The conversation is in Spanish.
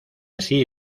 así